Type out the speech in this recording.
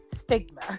stigma